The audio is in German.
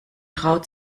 traut